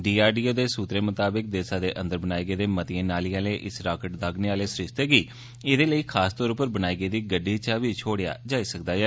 DRDO दे सुत्तरें मताबक देसै अंदर बनाये गेदे मतिएं नालिएं आह्ले इस राकेट दागने आह्ले सरिस्ते गी एह्दे लेई खासतौर पर बनाई गेदी गड्डी चा बी छोड़ेआ जाई सकदा ऐ